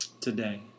today